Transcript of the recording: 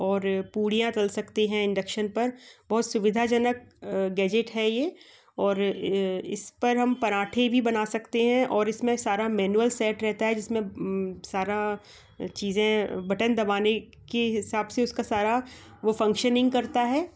और पुरियाँ तल सकते है इंडक्शन पर बहुत सुविधाजनक गैजेट है ये और इस पर हम पराठे भी बना सकते है और इसमें सारा मैनुअल सेट रहता है जिसमें सारी चीज़े बटन दबाने के हिसाब से उसका सारा वो फंक्शनिंग करता है